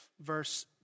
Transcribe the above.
verse